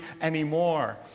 anymore